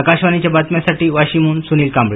आकाशवाणीच्या बातम्यांसाठी वाशीमहन सूनील कांबळे